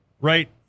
right